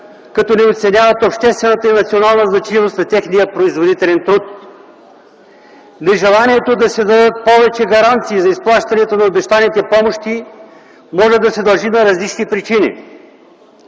като не оценяват обществената и национална значимост на техния производителен труд. Нежеланието да се дадат повече гаранции за изплащането на обещаните помощи може да се дължи на различни причини